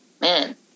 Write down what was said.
man